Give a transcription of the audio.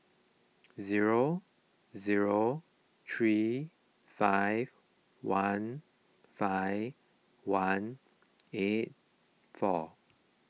zero zero three five one five one eight four